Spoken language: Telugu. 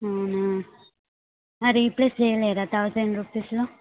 అవునా రీప్లేస్ చేయలేరా థౌజండ్ రుపీసలో